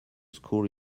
school